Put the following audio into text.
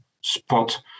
spot